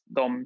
de